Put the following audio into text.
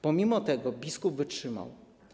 Pomimo tego biskup wytrzymał.